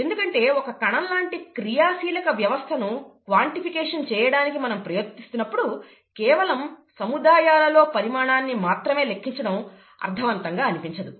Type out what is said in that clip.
ఎందుకంటే ఒక కణం లాంటి క్రియాశీలక వ్యవస్థను క్వాన్టిఫికేషన్ చేయడానికి మనం ప్రయత్నిస్తున్నప్పుడు కేవలం సముదాయాలలో పరిమాణాన్ని మాత్రమే లెక్కించడం అర్థవంతంగా అనిపించదు